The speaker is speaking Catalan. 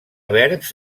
verbs